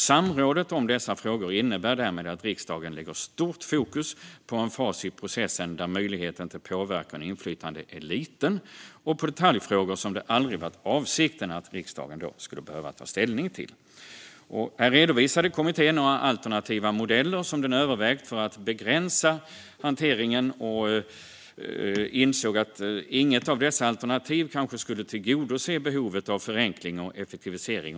Samrådet om dessa frågor innebär därmed att riksdagen lägger stort fokus på en fas i processen där möjligheten till påverkan och inflytande är liten och på detaljfrågor som avsikten aldrig varit att riksdagen ska behöva ta ställning till. Kommittén redovisade några alternativa modeller den övervägt för att begränsa hanteringen men insåg att inget av dessa alternativ skulle tillgodose behovet av förenkling och effektivisering.